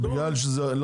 זה מה שהוא סיפר.